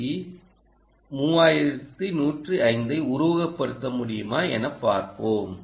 C 3105ஐ உருவகப்படுத்த முடியுமா எனப் பார்ப்போம்